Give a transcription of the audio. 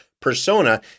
persona